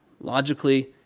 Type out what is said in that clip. logically